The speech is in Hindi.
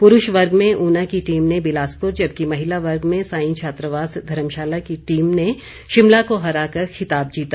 पुरूष वर्ग में ऊना की टीम ने बिलासपुर जबकि महिला वर्ग में साईं छात्रावास धर्मशाला की टीम ने शिमला को हराकर खिताब जीता